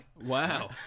Wow